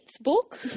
book